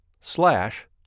slash